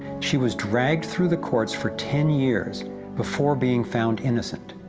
she was dragged through the courts for ten years before being found innocent.